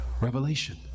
revelation